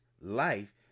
life